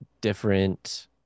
different